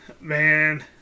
man